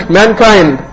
mankind